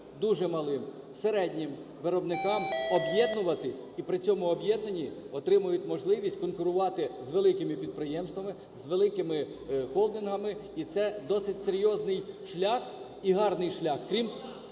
дуже малим, середнім виробникам об'єднуватись, і при цьому об'єднанні отримують можливість конкурувати з великими підприємствами, з великими холдингами. І це досить серйозний шлях і гарний шлях. Крім